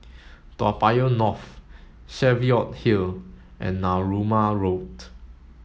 Toa Payoh North Cheviot Hill and Narooma Road